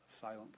silent